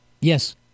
Yes